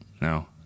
No